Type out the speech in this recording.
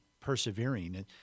persevering